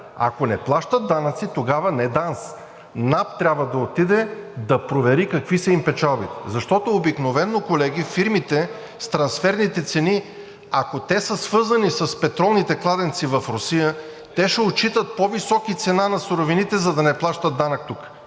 Ако не плащат данъци, тогава не ДАНС, НАП трябва да отиде да провери какви са им печалбите. Защото обикновено, колеги, фирмите с трансферните цени, ако те са свързани с петролните кладенци в Русия, те ще отчитат по-висока цена на суровините, за да не плащат данък тук.